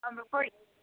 अन्त खोइ